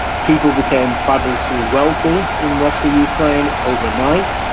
people became fabulously wealthy in russia, ukraine overnight.